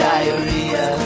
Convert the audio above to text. Diarrhea